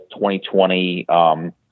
2020